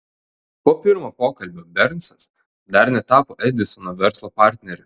po pirmo pokalbio bernsas dar netapo edisono verslo partneriu